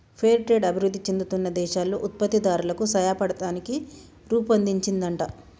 fair trade అభివృధి చెందుతున్న దేశాల్లో ఉత్పత్తి దారులకు సాయపడతానికి రుపొన్దించిందంట